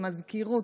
המזכירות,